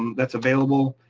that's available.